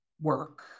work